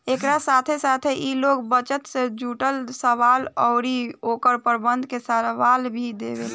एकरा साथे साथे इ लोग बजट से जुड़ल सलाह अउरी ओकर प्रबंधन के सलाह भी देवेलेन